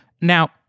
Now